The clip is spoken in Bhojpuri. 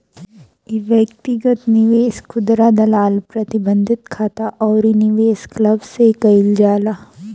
इ व्यक्तिगत निवेश, खुदरा दलाल, प्रतिबंधित खाता अउरी निवेश क्लब से कईल जाला